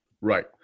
right